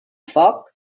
foc